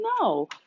No